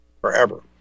Forever